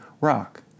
rock